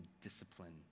discipline